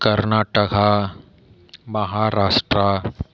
Karnataka Maharashtra